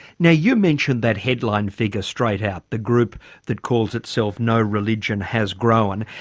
now you mentioned that headline figure straight out. the group that calls itself no religion has grown.